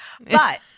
But-